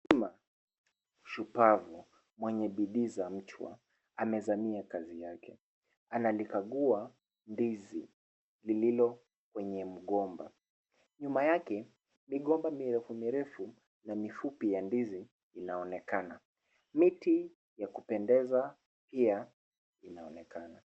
Mama shupavu mwenye bidii za mchwa amezamia kazi yake. Analikagua ndizi lililo kwenye mgomba. Nyuma yake, migomba mirefu mirefu na mifupi ya ndizi inaonekana. Miti ya kupendeza pia inaonekana.